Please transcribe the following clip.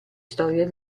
storia